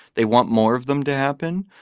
they want more of them to happen.